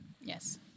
Yes